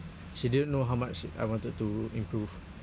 she didn't know how much I wanted to improve